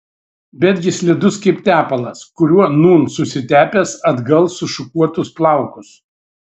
betgi slidus kaip tepalas kuriuo nūn susitepęs atgal sušukuotus plaukus